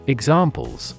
Examples